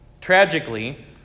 Tragically